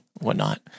whatnot